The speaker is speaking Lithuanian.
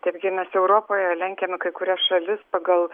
taip gi mes europoje lenkiame kai kurias šalis pagal